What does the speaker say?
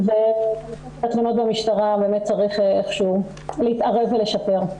התלונות במשטרה באמת צריך איך שהוא להתערב ולשפר.